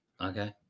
okay